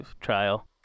trial